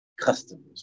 customers